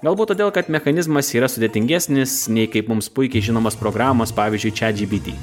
galbūt todėl kad mechanizmas yra sudėtingesnis nei kaip mums puikiai žinomos programos pavyzdžiui chat gpt